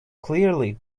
clearly